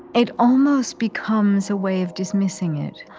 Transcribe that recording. it almost becomes a way of dismissing it.